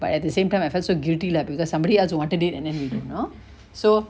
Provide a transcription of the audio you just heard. but at the same time I felt so guilty lah because somebody else wanted it and then you know so